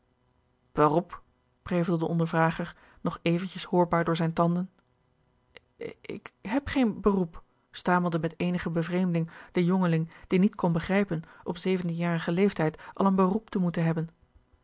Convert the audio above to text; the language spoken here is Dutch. prevelde de ondervrager nog eventjes hoorbaar door zijne tanden ik heb geen beroep stamelde met eenige bevreemding de jongeling die niet kon begrijpen op zeventienjarigen leeftijd al een beroep te moeten hebben